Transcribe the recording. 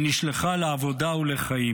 היא נשלחה לעבודה ולחיים.